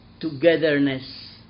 togetherness